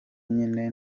nyine